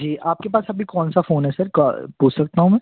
जी आपके पास अभी कौन सा फ़ोन है सर पूछ सकता हूँ मैं